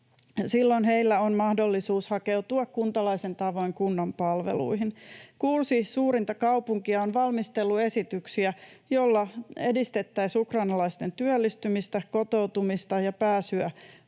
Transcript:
silloin heillä on mahdollisuus hakeutua kuntalaisen tavoin kunnan palveluihin. Kuusi suurinta kaupunkia on valmistellut esityksiä, joilla edistettäisiin ukrainalaisten työllistymistä, kotoutumista ja pääsyä